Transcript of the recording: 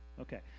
Okay